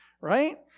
right